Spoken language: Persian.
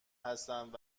هستند